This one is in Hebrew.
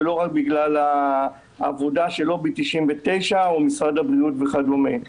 ולא רק בגלל העבודה של לובי 99 או משרד הבריאות וכדומה.